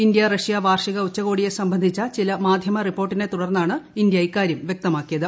India Russia വാർഷിക ഉച്ചകോടിയെ സംബന്ധിച്ചു ചില മാധ്യമ റിപ്പോർട്ടിനെ തുടർന്നാണ് ഇന്ത്യ ഇക്കാര്യം വ്യക്തമാക്കിയത്